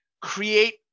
create